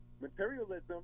materialism